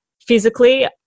physically